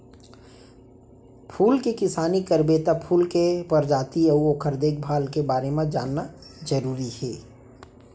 फूल के किसानी करबे त फूल के परजाति अउ ओकर देखभाल के बारे म जानना जरूरी हे